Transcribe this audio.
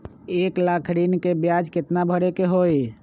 एक लाख ऋन के ब्याज केतना भरे के होई?